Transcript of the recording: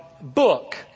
book